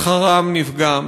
שכרם נפגע,